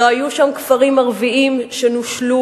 לא היו שם כפרים ערביים שנושלו,